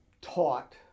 taught